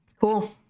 cool